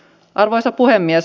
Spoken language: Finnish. arvoisa puhemies